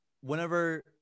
whenever